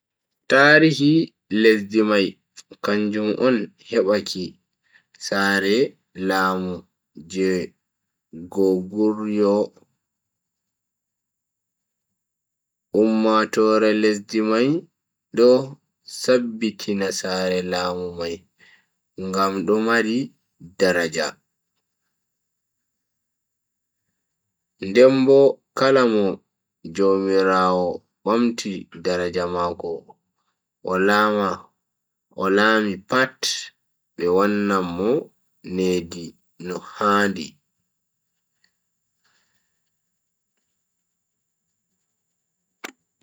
Tarihi lesdi mai kanjum on hebanki sare laamu je goguryeo. ummatoore lesdi mai do sabbitina sare laamu mai ngam do mari daraja. den Bo kala mo jaumiraawo bamti daraja mako o laami pat, be wannan Mo nedi no handi.